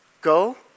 Go